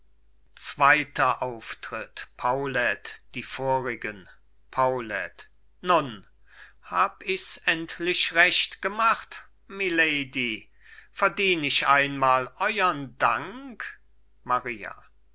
jagd erscholl paulet die vorigen paulet nun hab ich s endlich recht gemacht mylady verdien ich einmal euern dank maria